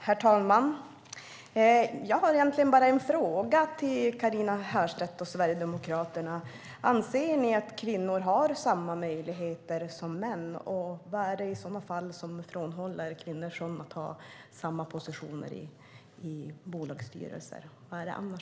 Herr talman! Jag har egentligen bara en fråga till Carina Herrstedt och Sverigedemokraterna. Anser ni att kvinnor har samma möjligheter som män? Om inte, vad är det i så fall som frånhåller kvinnor från att ha samma positioner i bolagsstyrelser?